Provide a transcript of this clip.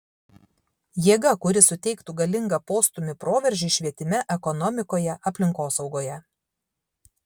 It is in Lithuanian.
jėga kuri suteiktų galingą postūmį proveržiui švietime ekonomikoje aplinkosaugoje